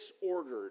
disordered